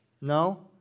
No